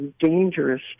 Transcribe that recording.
dangerous